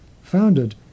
founded